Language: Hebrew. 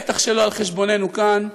בטח שלא על חשבוננו כאן,